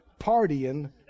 partying